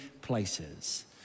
places